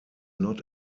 not